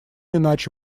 иначе